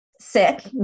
sick